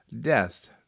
death